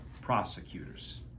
prosecutors